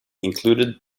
included